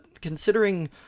considering